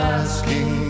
asking